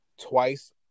twice